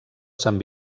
sant